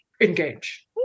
Engage